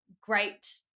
great